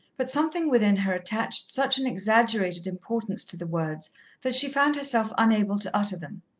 but something within her attached such an exaggerated importance to the words that she found herself unable to utter them.